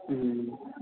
हूँ